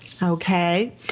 Okay